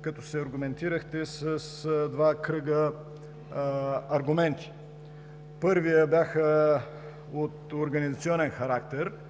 като се аргументирахте с два кръга аргументи. Първият беше от организационен характер –